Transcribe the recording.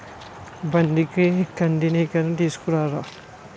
బండికి కందినేయడానికి సేకుతీసుకురా